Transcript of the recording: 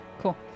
Cool